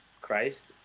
Christ